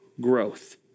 growth